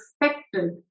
expected